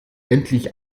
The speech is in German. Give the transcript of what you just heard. endlich